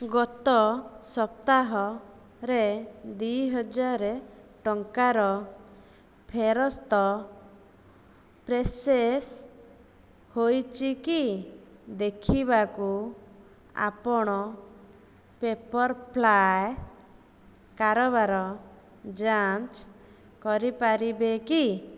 ଗତ ସପ୍ତାହରେ ଦୁଇ ହଜାର ଟଙ୍କାର ଫେରସ୍ତ ପ୍ରୋସେସ୍ ହୋଇଛିକି ଦେଖିବାକୁ ଆପଣ ପେପର୍ପ୍ଲାଏ କାରବାର ଯାଞ୍ଚ କରିପାରିବେ କି